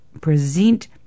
present